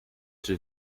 czy